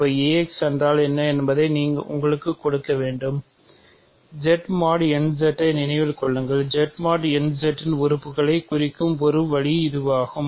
இப்போது ax என்றால் என்ன என்பதை நான் உங்களுக்கு கொடுக்க வேண்டும் Z mod n Z ஐ நினைவில் கொள்ளுங்கள் Z mod n Z இன் உறுப்புகளை குறிக்கும் ஒரு வழி இதுவாகும்